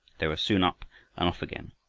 they were soon up and off again,